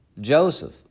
Joseph